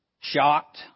shocked